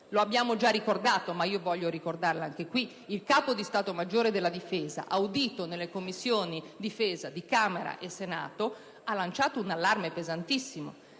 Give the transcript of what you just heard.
(lo abbiamo già ricordato, ma voglio farlo anche qui): il Capo di Stato maggiore della Difesa, sentito nelle Commissioni difesa di Camera e Senato, ha lanciato un allarme pesantissimo,